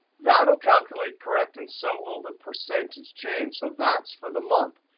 that'll calculate correct and so will the percentage change. so that's for the month.